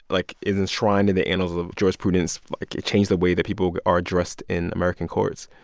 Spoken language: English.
like, is enshrined in the annals of jurisprudence. like, it changed the way that people are addressed in american courts.